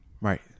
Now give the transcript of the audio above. Right